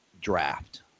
draft